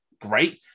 great